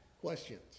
questions